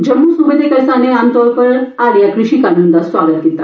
जम्मू सूबे दे करसाने आमतौर उप्पर हालिया कृशि कनूने दा सोआगत कीता